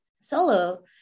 solo